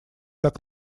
так